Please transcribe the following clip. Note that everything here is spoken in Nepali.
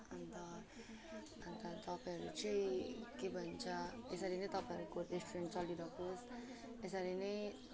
अन्त अन्त तपाईँहरू चाहिँ के भन्छ यसरी नै तपाईँहरूको रेस्टुरेन्ट चलिरहोस् यसरी नै